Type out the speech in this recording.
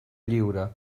lliure